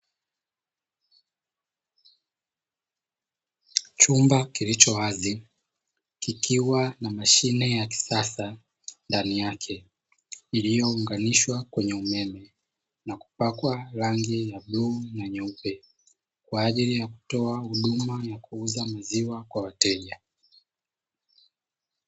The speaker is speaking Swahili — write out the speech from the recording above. Chumba kilicho wazi kikiwa na mashine ya kisasa ndani yake iliyounganishwa kwenye umeme, na kupakwa rangi ya bluu na nyeupe kwa ajili ya kutoa huduma ya kuuza maziwa kwa wateja.